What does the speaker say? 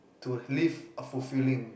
to live a fulfilling